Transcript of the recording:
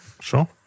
Sure